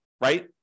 right